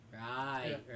Right